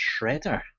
Shredder